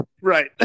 Right